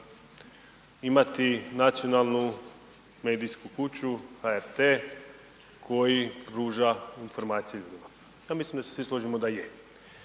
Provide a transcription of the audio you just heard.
imati nacionalnu medijsku kuću, HRT koji pruža informacije …/Govornik se ne razumije/…? Ja mislim da se svi složimo da je.